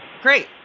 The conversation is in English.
Great